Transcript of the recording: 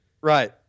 Right